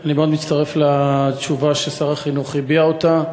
אני מאוד מצטרף לתשובה ששר החינוך הביע אותה.